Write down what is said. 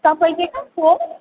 तपाईँ चाहिँ कहाँको